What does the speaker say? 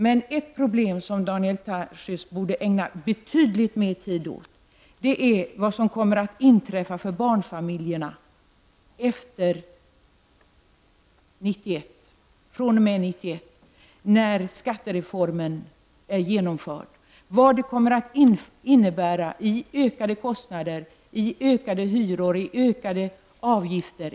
Men ett problem som Daniel Tarschys borde ägna betydligt mera tid åt är vad som kommer att inträffa för barnfamiljernas del fr.o.m. 1991, då skattereformen är genomförd, vad det kommer att innebära i form av ökade kostnader -- höjda hyror och högre avgifter.